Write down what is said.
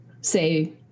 say